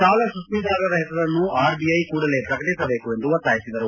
ಸಾಲ ಸುಸ್ತಿದಾರರ ಹೆಸರನ್ನು ಆರ್ಬಿಐ ಕೂಡಲೇ ಪ್ರಕಟಿಸಬೇಕು ಎಂದು ಒತ್ತಾಯಿಸಿದರು